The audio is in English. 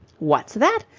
what's that?